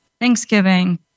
Thanksgiving